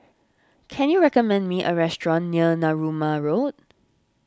can you recommend me a restaurant near Narooma Road